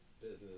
Business